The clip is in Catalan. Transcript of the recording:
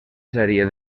sèrie